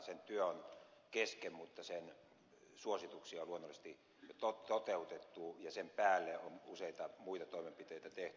sen työ on kesken mutta sen suosituksia on luonnollisesti toteutettu ja sen päälle on useita muita toimenpiteitä tehty